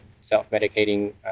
self-medicating